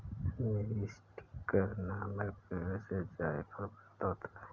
मीरीस्टिकर नामक पेड़ से जायफल प्राप्त होता है